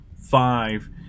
five